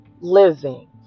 living